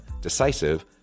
decisive